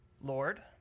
Lord